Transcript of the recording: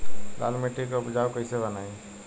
लाल मिट्टी के उपजाऊ कैसे बनाई?